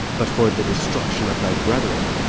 but for the destruction of thy brethren,